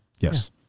Yes